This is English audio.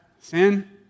Sin